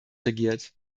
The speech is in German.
regiert